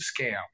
scam